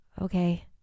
Okay